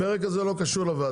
הפרק הזה לא קשור לוועדה.